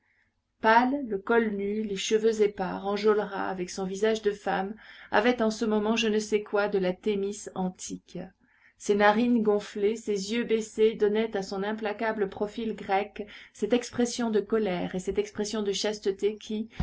pâle le col nu les cheveux épars enjolras avec son visage de femme avait en ce moment je ne sais quoi de la thémis antique ses narines gonflées ses yeux baissés donnaient à son implacable profil grec cette expression de colère et cette expression de chasteté qui